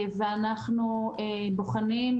ואנחנו בוחנים,